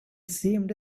seemed